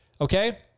Okay